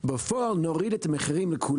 תפסיקו להכות בו שוב ושוב.